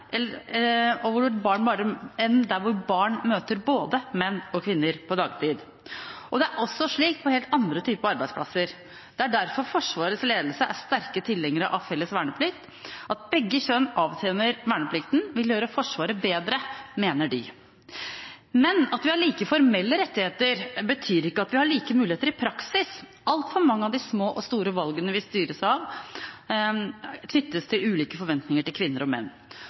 og en hvor barn møter både menn og kvinner på dagtid. Det er også slik på helt andre typer arbeidsplasser. Det er derfor Forsvarets ledelse er sterk tilhenger av felles verneplikt – at begge kjønn avtjener verneplikten, vil gjøre Forsvaret bedre, mener de. Men at vi har like formelle rettigheter, betyr ikke at vi har like muligheter i praksis. Altfor mange av de små og store valgene vi styres av, knyttes til ulike forventninger til kvinner og menn.